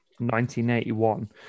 1981